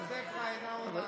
ההצעה לא התקבלה.